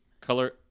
color